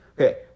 Okay